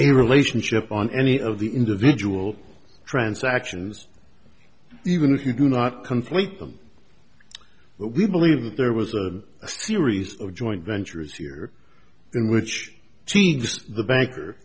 is a relationship on any of the individual transactions even if you do not complete them but we believe that there was a series of joint ventures here in which changed the banker